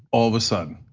all of a sudden.